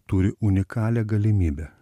turi unikalią galimybę